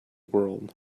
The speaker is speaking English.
world